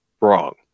wrong